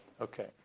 okay